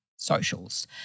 socials